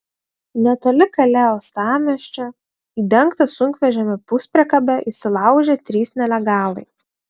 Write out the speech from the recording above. netoli kalė uostamiesčio į dengtą sunkvežimio puspriekabę įsilaužė trys nelegalai